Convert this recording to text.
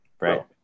Right